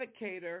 advocator